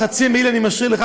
חצי מעיל אני משאיר לך,